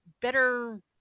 better